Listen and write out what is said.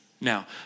Now